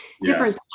different